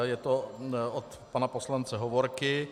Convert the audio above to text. Je to od pana poslance Hovorky.